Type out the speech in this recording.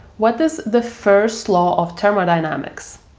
what is the first law of thermodynamics?